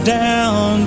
down